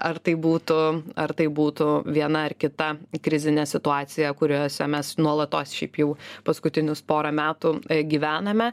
ar tai būtų ar tai būtų viena ar kita krizinė situacija kuriose mes nuolatos šiaip jau paskutinius porą metų gyvename